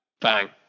bang